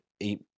eight